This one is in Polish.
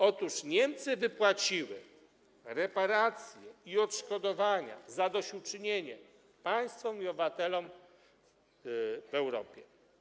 Otóż Niemcy wypłaciły reparacje i odszkodowania, zadośćuczynienie państwom i obywatelom w Europie.